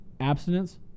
abstinence